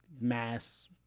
mass